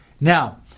Now